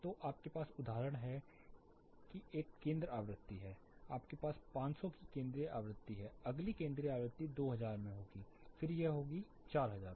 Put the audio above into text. तो आपके पास उदाहरण के लिए एक केंद्र आवृत्ति है आपके पास 500 की केंद्रीय आवृत्ति है अगली केंद्रीय आवृत्ति 2000 में होगी फिर यह होगी क्या 4000